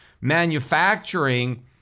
Manufacturing